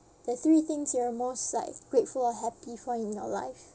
the three things you're most like grateful or happy for in your life